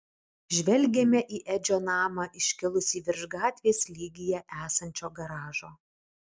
žvelgėme į edžio namą iškilusį virš gatvės lygyje esančio garažo